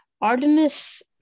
Artemis